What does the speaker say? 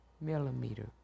millimeter